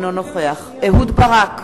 אינו נוכח אהוד ברק,